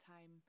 time